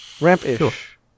Ramp-ish